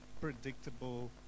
predictable